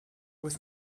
with